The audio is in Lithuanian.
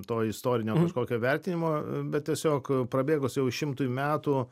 to istorinio kažkokio vertinimo bet tiesiog prabėgus jau šimtui metų